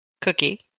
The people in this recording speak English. Cookie